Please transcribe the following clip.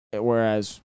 whereas